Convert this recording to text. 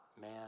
man